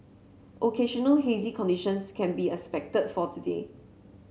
occasional hazy conditions can be expected for today